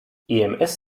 ems